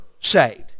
saved